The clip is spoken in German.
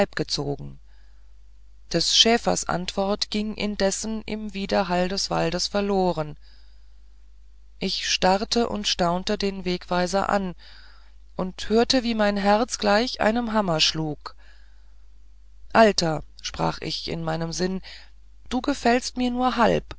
gezogen des schäfers antwort ging indes im widerhall des walds verloren ich starrte und staunte den wegzeiger an und hörte wie mein herz gleich einem hammer schlug alter sprach ich in meinem sinn du gefällst mir nur halb